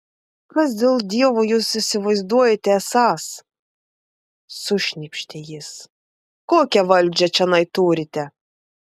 kas dėl dievo jūs įsivaizduojate esąs sušnypštė jis kokią valdžią čionai turite